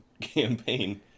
campaign